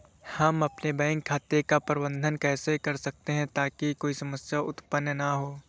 हम अपने बैंक खाते का प्रबंधन कैसे कर सकते हैं ताकि कोई समस्या उत्पन्न न हो?